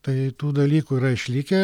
tai tų dalykų yra išlikę